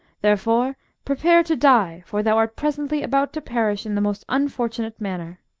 therefore prepare to die, for thou art presently about to perish in the most unfortunate manner.